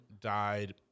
died